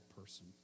person